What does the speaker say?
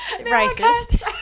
racist